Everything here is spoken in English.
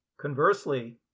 Conversely